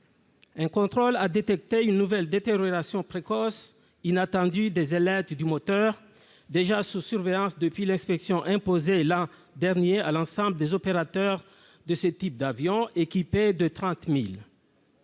Un contrôle a détecté une nouvelle détérioration précoce et inattendue des ailettes du moteur, déjà sous surveillance depuis l'inspection imposée l'an dernier à l'ensemble des opérateurs de ce type d'avion équipé de moteurs